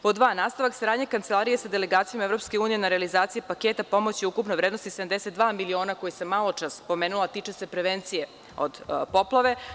Pod dva, nastavak saradnje Kancelarije sa delegacijom EU na realizaciji paketa pomoći u ukupnoj vrednosti 72 miliona, koji sam maločas pomenula, a tiče se prevencije od poplave.